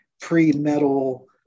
pre-metal